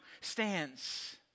stands